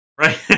right